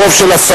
ברוב של עשרה,